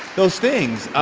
those things.